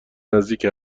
نزدیک